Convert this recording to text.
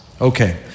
Okay